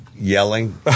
Yelling